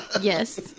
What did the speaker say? Yes